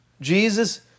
Jesus